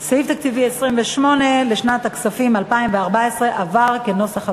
סעיף תקציבי 28, לשנת הכספים 2014, כנוסח הוועדה: